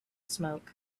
smoke